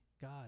God